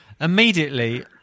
Immediately